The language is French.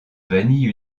vanille